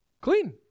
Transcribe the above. clean